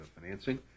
financing